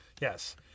Yes